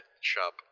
shop